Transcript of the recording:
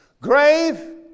Grave